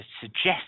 suggest